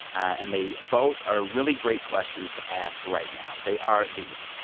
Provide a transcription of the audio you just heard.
and they both are really great questions to ask right now. they are these.